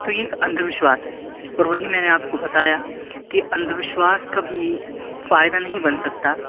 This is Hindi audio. तो ये एक अंधविश्वास है और वहीं मैंने आपको बताया कि अंधविश्वास कभी फ़ायदा नहीं बन सकता